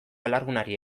alargunari